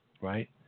right